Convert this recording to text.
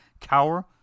cower